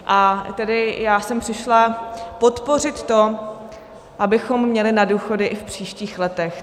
A já jsem přišla podpořit to, abychom měli na důchody i v příštích letech.